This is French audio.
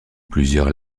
plusieurs